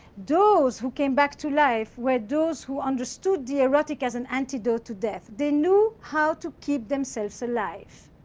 those who came back to life were those who understood the erotic as an antidote to death. they knew how to keep themselves alive.